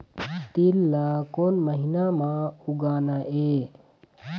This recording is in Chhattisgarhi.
तील ला कोन महीना म उगाना ये?